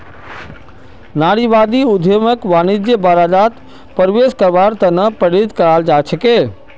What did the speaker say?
नारीवादी उद्यमियक वाणिज्यिक बाजारत प्रवेश करवार त न प्रेरित कराल जा छेक